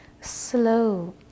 slow